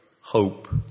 hope